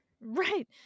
Right